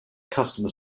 customer